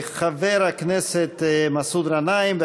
חבר הכנסת מסעוד גנאים,